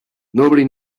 nobody